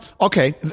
okay